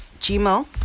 Gmail